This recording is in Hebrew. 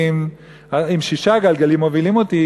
אם שישה גלגלים מובילים אותי,